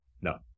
No